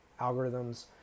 algorithms